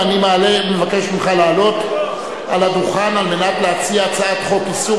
ואני מבקש ממך לעלות על הדוכן כדי להציע הצעת חוק איסור